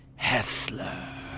Hessler